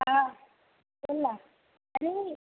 हां बोल ना अरे